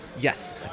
Yes